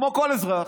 כמו כל אזרח,